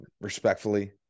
respectfully